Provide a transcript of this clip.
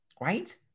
right